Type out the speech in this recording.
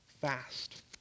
fast